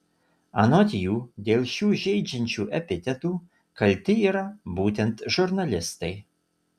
anot jų dėl šių žeidžiančių epitetų kalti yra būtent žurnalistai